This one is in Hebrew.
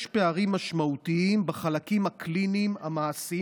יש פערים משמעותיים בחלקים הקליניים המעשיים